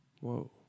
Whoa